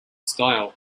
style